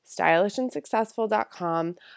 stylishandsuccessful.com